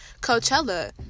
coachella